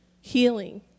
healing